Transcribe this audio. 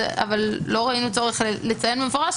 אבל לא ראינו צורך לציין זאת במפורש,